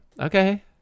Okay